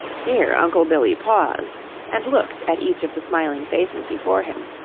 here uncle billy paused and looked at each of the smiling faces before him.